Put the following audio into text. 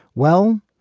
well,